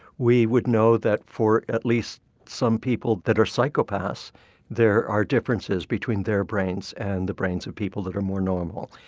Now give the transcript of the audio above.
we would know that for at least some people that are psychopaths there are differences between their brains and the brains of people that are more normal.